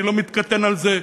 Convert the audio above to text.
אני לא מתקטנן על זה,